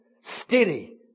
steady